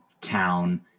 town